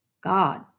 god